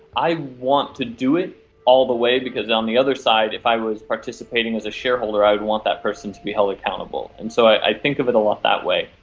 i want to do it all the way because on the other side if i was participating as a shareholder i would want that person to be held accountable. and so i think of it a lot that way.